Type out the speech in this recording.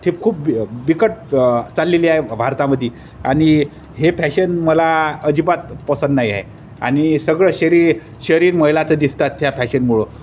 ते खूप ब बिकट चाललेली आहे भारतामध्ये आणि हे फॅशन मला अजिबात पसंत नाही आहे आणि सगळं शरीर शरीर महिलाचं दिसतात त्या फॅशनमुळं